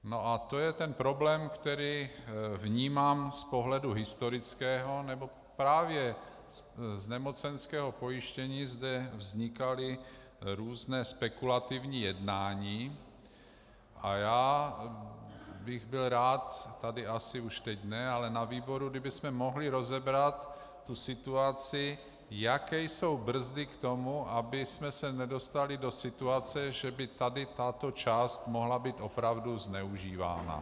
A to je ten problém, který vnímám z pohledu historického, neboť právě z nemocenského pojištění zde vznikala různá spekulativní jednání, a já bych byl rád, tady asi už teď ne, ale na výboru, kdybychom mohli rozebrat situaci, jaké jsou brzdy k tomu, abychom se nedostali do situace, že by tato část mohla být opravdu zneužívána.